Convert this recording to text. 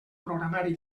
programari